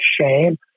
shame